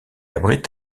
abrite